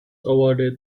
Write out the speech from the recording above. awarded